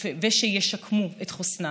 ושישקמו את חוסנה,